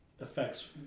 affects